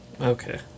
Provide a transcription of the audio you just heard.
Okay